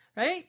right